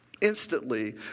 instantly